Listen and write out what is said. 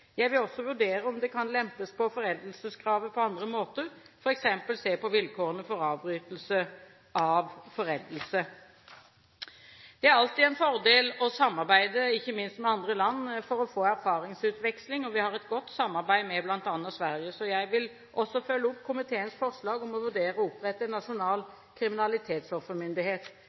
Jeg vil også vurdere om det kan lempes på foreldelseskravet på andre måter, f.eks. se på vilkårene for avbrytelse av foreldelse. Det er alltid en fordel å samarbeide, ikke minst med andre land for å få erfaringsutveksling, og vi har et godt samarbeid med bl.a. Sverige, så jeg vil også følge opp komiteens forslag om å vurdere å opprette en nasjonal